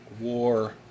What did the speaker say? war